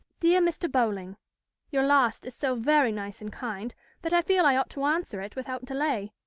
dear mr. bowling your last is so very nice and kind that i feel i ought to answer it without delay,